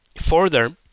Further